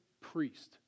priest